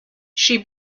she